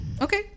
Okay